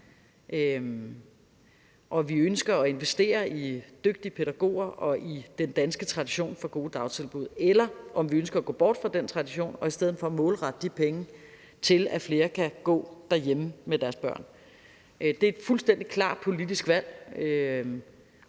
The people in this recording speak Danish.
17:59 Ønsker vi at investere i dygtige pædagoger og i den danske tradition for gode dagtilbud, eller ønsker vi at gå bort fra den tradition og i stedet for målrette de penge, til at flere kan gå derhjemme med deres børn? Det er et fuldstændig klart politisk valg,